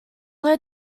low